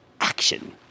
action